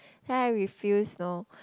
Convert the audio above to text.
then I refuse you know